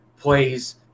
plays